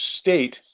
State